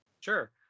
Sure